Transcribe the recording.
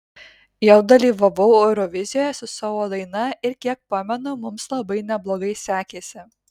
jau dalyvavau eurovizijoje su savo daina ir kiek pamenu mums labai neblogai sekėsi